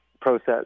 process